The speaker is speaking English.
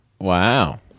Wow